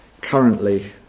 currently